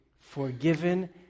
forgiven